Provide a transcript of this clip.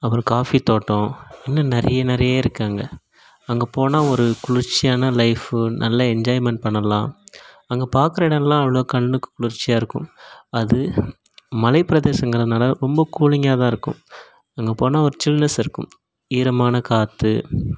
அப்புறம் காஃபி தோட்டம் இன்னும் நிறைய நிறைய இருக்குது அங்கே அங்கே போனால் ஒரு குளிர்ச்சியான லைஃப் நல்ல என்ஜாய்மெண்ட் பண்ணலாம் அங்கே பார்க்கிற இடம் எல்லாம் அவ்வளோ கண்ணுக்கு குளிர்ச்சியாக இருக்கும் அது மலை பிரதேசங்கிறதுனால ரொம்ப கூலிங்காக தான் இருக்கும் அங்கே போனால் ஒரு சில்னெஸ் இருக்கும் ஈரமான காற்று